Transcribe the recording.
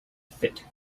fit